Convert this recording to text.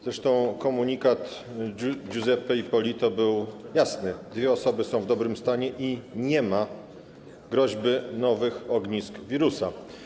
Zresztą komunikat Giuseppe Ippolito był jasny: dwie osoby są w dobrym stanie i nie ma groźby co do nowych ognisk wirusa.